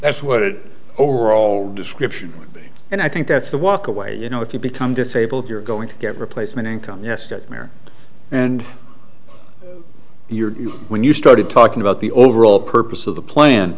that's what it overall description and i think that's the walk away you know if you become disabled you're going to get replacement income yesterday and you're when you started talking about the overall purpose of the plan